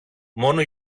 μόνο